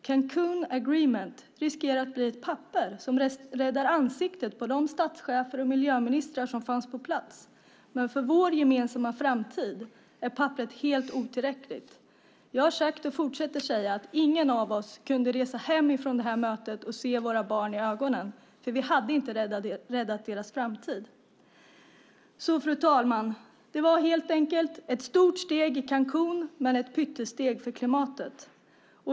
Cancún agreement riskerar att bli ett papper som räddar ansiktet på de statschefer och miljöministrar som fanns på plats, men för vår gemensamma framtid är papperet helt otillräckligt. Jag har sagt, och fortsätter att säga, att ingen av oss kunde resa hem ifrån det här mötet och se våra barn i ögonen, för vi hade inte räddat deras framtid. Fru talman! Det var helt enkelt ett stort steg i Cancún men ett pyttesteg för klimatet.